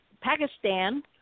Pakistan